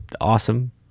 awesome